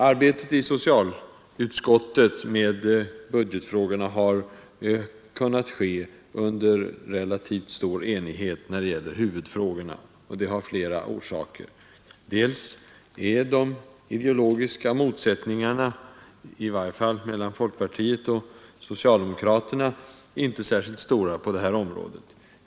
Arbetet i socialutskottet med budgetfrågorna har kunnat ske under relativt stor enighet när det gäller huvudfrågorna, och det har flera orsaker. Bl.a. är de ideologiska motsättningarna, i varje fall mellan folkpartiet och socialdemokraterna, inte särskilt stora på det här området.